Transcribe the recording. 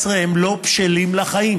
כי בגיל 18 הם לא בשלים לחיים,